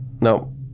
No